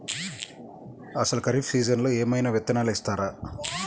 అసలు ఖరీఫ్ సీజన్లో ఏమయినా విత్తనాలు ఇస్తారా?